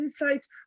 insights